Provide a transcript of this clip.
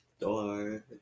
door